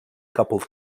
coupled